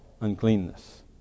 uncleanness